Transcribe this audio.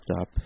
up